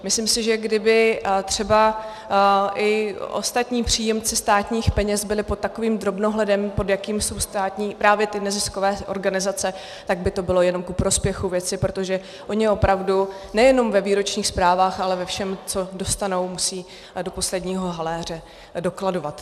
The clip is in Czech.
Myslím si, že kdyby třeba i ostatní příjemci státních peněz byli pod takovým drobnohledem, pod jakým jsou právě neziskové organizace, tak by to bylo jenom ku prospěchu věci, protože oni opravdu nejenom ve výročních zprávách, ale ve všem, co dostanou, musí do posledního haléře dokladovat.